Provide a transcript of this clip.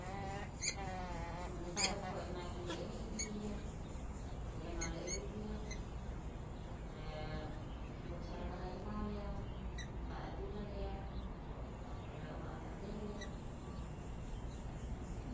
ᱢᱟᱱᱮ ᱡᱟᱦᱮᱨ ᱠᱷᱚᱱ ᱱᱟᱭᱠᱮ ᱞᱮ ᱮᱱᱮᱡ ᱤᱫᱤᱭᱮᱭᱟ ᱛᱟᱯᱚᱨᱮ ᱡᱟᱸᱜᱟ ᱞᱮ ᱟᱹᱨᱩᱵᱮᱭᱟ ᱛᱟᱯᱚᱨᱮ ᱜᱚᱪᱷᱟ ᱨᱮ ᱵᱟᱦᱟᱭ ᱮᱢᱟᱣᱟᱞᱮᱭᱟ ᱫᱟᱜ ᱮᱭ ᱫᱩᱞᱟᱞᱮᱭᱟ ᱛᱟᱯᱚᱨᱮ ᱚᱲᱟᱜ ᱞᱮ ᱟᱫᱮᱨᱮᱭᱟ